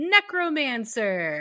Necromancer